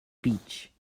beach